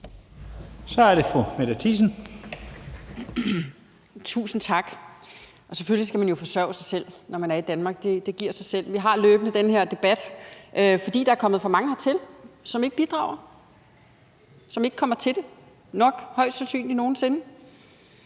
Kl. 12:22 Mette Thiesen (DF): Tusind tak. Selvfølgelig skal man jo forsørge sig selv, når man er i Danmark; det giver sig selv. Vi har løbende den her debat, fordi der er kommet for mange hertil, som ikke bidrager, og som ikke kommer til det, højst sandsynlig nogen sinde.